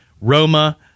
Roma